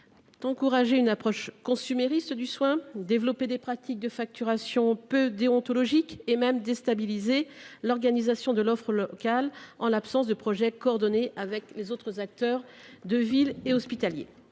encourager une approche consumériste du soin, développer des pratiques de facturation peu déontologiques et même déstabiliser l’organisation de l’offre locale en l’absence de projets coordonnés avec les autres acteurs de ville et les